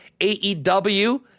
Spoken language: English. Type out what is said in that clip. AEW